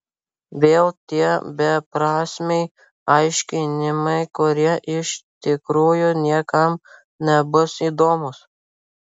vėl tie beprasmiai aiškinimai kurie iš tikrųjų niekam nebus įdomūs